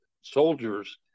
soldiers